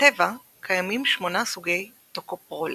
בטבע קיימים 8 סוגי טוקופרולים.